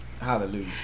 Hallelujah